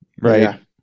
right